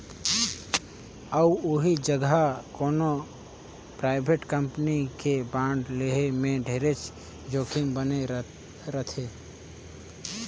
अउ ओही जघा कोनो परइवेट कंपनी के बांड लेहे में ढेरे जोखिम बने रथे